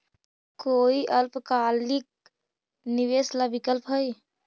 कोई अल्पकालिक निवेश ला विकल्प हई?